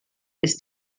ist